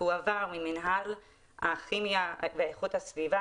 הועבר ממנהל הכימיה ואיכות הסביבה